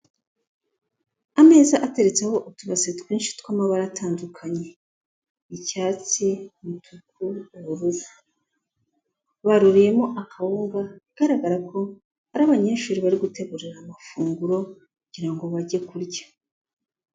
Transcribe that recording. Ameza ateretseho utubase twinshi tw'amabara atandukanye, icyatsi, umutuku, ubururu, baruriyemo akawuga, bigaragara ko ari abanyeshuri bari gutegurira amafunguro, kugira ngo bajye kurya.